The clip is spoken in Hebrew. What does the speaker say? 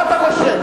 מה אתה חושב,